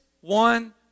one